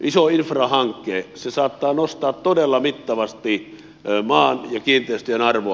iso infrahanke saattaa nostaa todella mittavasti maan ja kiinteistöjen arvoa